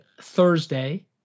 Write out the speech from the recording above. Thursday